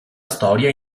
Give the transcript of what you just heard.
storia